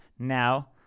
now